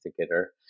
together